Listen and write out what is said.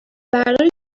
برداری